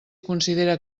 considera